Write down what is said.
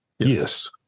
Yes